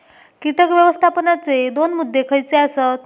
कीटक व्यवस्थापनाचे दोन मुद्दे खयचे आसत?